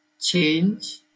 change